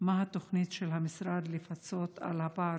2. מה התוכנית של המשרד לפצות על הפער